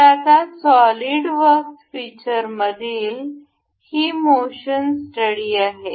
तर आता SolidWorks फीचर्समधील ही मोशन स्टडी आहे